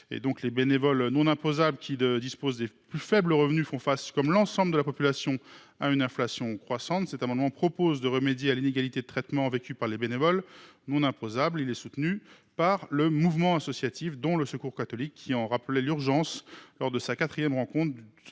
Les bénévoles non imposables, qui disposent de plus faibles revenus, font face, comme l’ensemble de la population, à une inflation croissante. Cet amendement vise à remédier à l’inégalité de traitement vécue par les bénévoles non imposables. Cet amendement est soutenu par le Mouvement associatif, dont le Secours catholique, qui rappelait l’urgence d’une telle mesure lors de sa quatrième rencontre